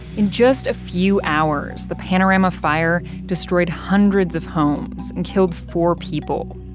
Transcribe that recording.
in just a few hours, the panorama fire destroyed hundreds of homes and killed four people.